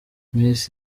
miss